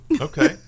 Okay